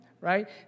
right